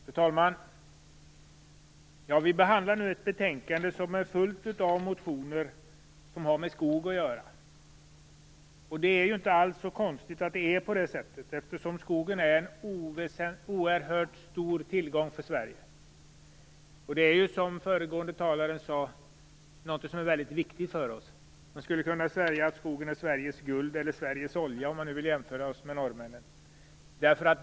Fru talman! Vi behandlar nu ett betänkande som är fullt av motioner som har med skog att göra. Det är inte alls så konstigt att det är på det sättet, eftersom skogen är en oerhört stor tillgång för Sverige. Den är, som föregående talare sade, mycket viktig för oss. Man skulle kunna säga att skogen är Sveriges guld eller Sveriges olja, om man nu vill jämföra oss med norrmännen.